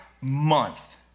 month